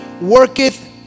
worketh